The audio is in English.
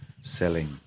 selling